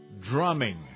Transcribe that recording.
Drumming